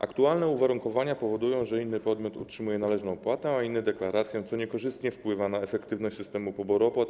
Aktualne uwarunkowania powodują, że inny podmiot otrzymuje należną opłatę, a inny deklarację, co niekorzystnie wpływa na efektywność systemu poboru opłat.